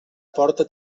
porta